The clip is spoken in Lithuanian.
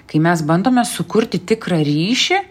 kai mes bandome sukurti tikrą ryšį